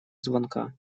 звонка